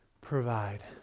provide